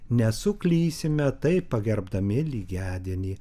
nesuklysime taip pagerbdami lygiadienį